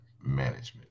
management